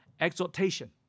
exhortation